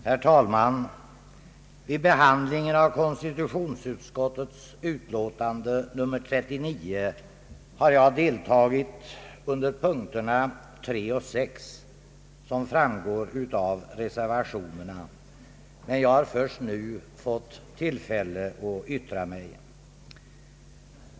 Herr talman! Vid behandlingen av konstitutionsutskottets utlåtande nr 39 har jag deltagit beträffande punkterna 3—6, som framgår av reservationerna, men jag har först nu fått tillfälle att yttra mig.